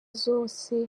zose